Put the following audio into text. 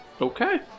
Okay